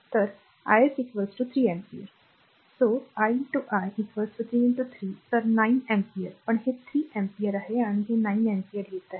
तर i s 3 ampere so i x i 3 3 तर 9 amperes पण हे 3 amperes आहे आणि हे 9 amperes येत आहे